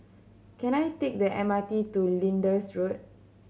can I take the M R T to Lyndhurst Road